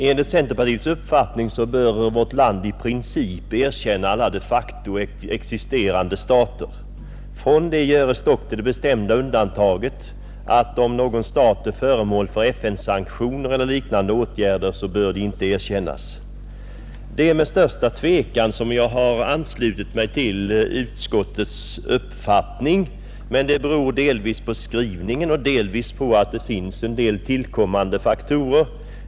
Enligt centerpartiets uppfattning bör vårt land i princip erkänna alla de facto existerande stater, Därifrån göres dock det bestämda undantaget att stat som är föremål för FN-sanktioner eller liknande åtgärder inte bör erkännas, Det är med största tvekan som jag har anslutit mig till utskottets uppfattning, men att så skett beror delvis på skrivningen och delvis på att en del faktorer tillkommit.